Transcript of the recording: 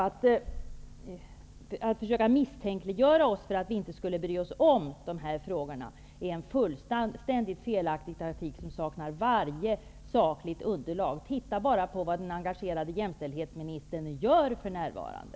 Att försöka misstänkliggöra oss för att inte bry oss om de här frågorna är fullständigt felaktigt och saknar varje sakligt underlag. Titta bara på vad den engagerade jämställdhetsministern gör för närvarande.